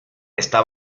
está